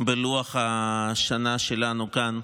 בלוח השנה שלנו כאן,